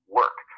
work